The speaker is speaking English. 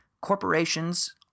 corporations